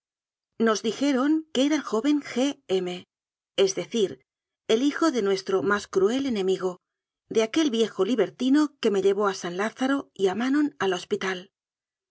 nos dijeron que era el joven g m es decir el hijo de nuestro más cruel enemigo de aquel viejo libertino que me llevó a san lázaro y a ma non al hospital